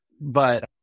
But-